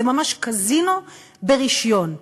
זה ממש קזינו ברישיון.